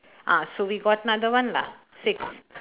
ah so we got another one lah six